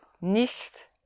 nicht